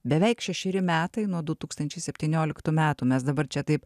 beveik šešeri metai nuo du tūkstančiai septynioliktų metų mes dabar čia taip